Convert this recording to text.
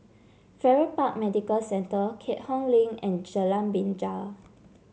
Farrer Park Medical Centre Keat Hong Link and Jalan Binja